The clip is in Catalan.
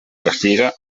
castiga